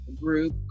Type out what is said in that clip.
group